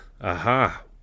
Aha